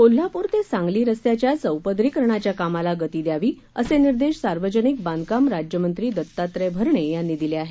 कोल्हापूर ते सांगली रस्त्याच्या चौपदरीकरणाच्या कामाला गती द्यावी असे निर्देश सार्वजनिक बांधकाम राज्यमंत्री दत्तात्रय भरणे यांनी दिले आहेत